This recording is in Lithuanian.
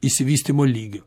išsivystymo lygio